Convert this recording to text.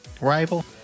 rival